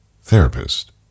Therapist